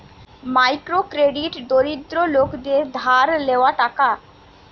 micro credit দরিদ্র লোকদের ধার লেওয়া টাকা